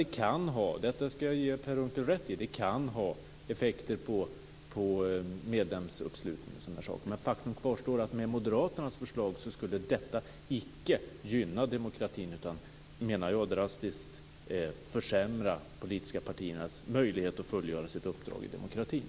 Det kan ha - detta skall jag ge Per Unckel rätt i - effekter på medlemsuppslutningen och sådant. Men faktum kvarstår att med Moderaternas förslag skulle detta icke gynna demokratin utan drastiskt försämra de politiska partiernas möjlighet att fullgöra sitt uppdrag i demokratin.